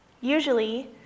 usually